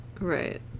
Right